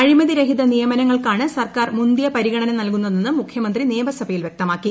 അഴിമതി രഹിത നിയമനങ്ങൾക്കാണ് സർക്കാർ മുന്തിയ പരിഗണന നൽകുന്നതെന്ന് മുഖ്യമന്ത്രീ നിയമസഭയിൽ വൃക്തമാക്കി